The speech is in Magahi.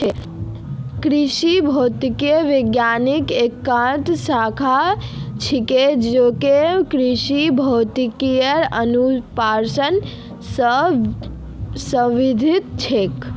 कृषि भौतिकी विज्ञानेर एकता शाखा छिके जेको कृषित भौतिकीर अनुप्रयोग स संबंधित छेक